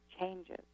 changes